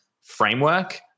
framework